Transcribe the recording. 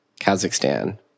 Kazakhstan